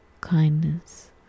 kindness